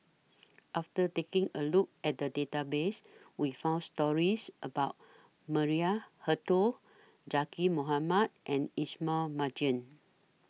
after taking A Look At The Database We found stories about Maria Hertogh Zaqy Mohamad and Ismail Marjan